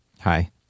Hi